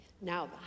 Now